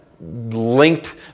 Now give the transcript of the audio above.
linked